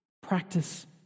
Practice